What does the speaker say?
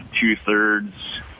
two-thirds